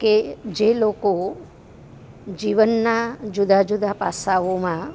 કે જે લોકો જીવનનાં જુદા જુદા પાસાઓમાં